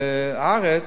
בארץ,